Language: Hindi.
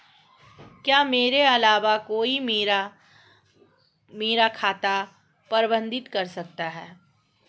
क्या मेरे अलावा कोई और मेरा खाता प्रबंधित कर सकता है?